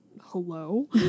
hello